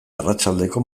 arratsaldeko